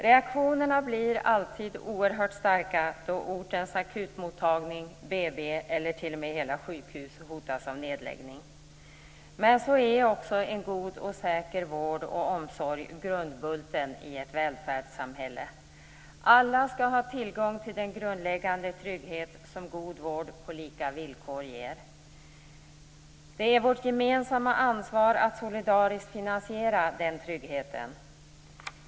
Reaktionerna blir alltid oerhört starka då ortens akutmottagning, BB eller t.o.m. hela sjukhus hotas av nedläggning. Men så är också en god och säker vård och omsorg grundbulten i ett välfärdssamhälle. Alla skall ha tillgång till den grundläggande trygghet som god vård på lika villkor ger. Det är vårt gemensamma ansvar att solidariskt finansiera denna trygghet.